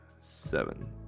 seven